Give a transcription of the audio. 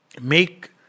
make